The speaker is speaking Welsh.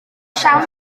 siawns